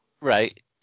Right